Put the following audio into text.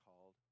called